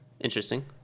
interesting